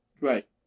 right